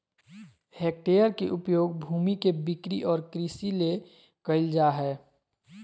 hectare के उपयोग भूमि के बिक्री और कृषि ले कइल जाय हइ